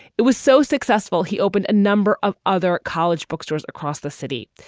it was so successful he opened a number of other college bookstores across the city,